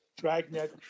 Dragnet